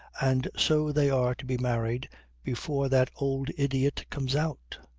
and so they are to be married before that old idiot comes out.